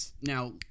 Now